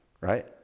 right